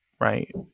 right